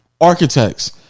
Architects